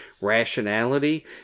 rationality